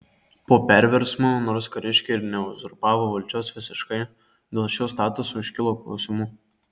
po perversmo nors kariškiai ir neuzurpavo valdžios visiškai dėl šio statuso iškilo klausimų